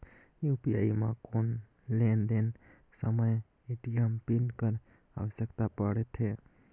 UPI म कौन लेन देन समय ए.टी.एम पिन कर आवश्यकता पड़थे?